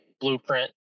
blueprint